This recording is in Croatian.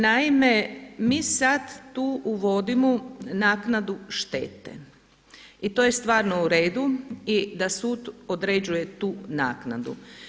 Naime, mi sad tu uvodimo naknadu štete i to je stvarno u redu i da sud određuje tu naknadu.